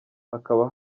hakaba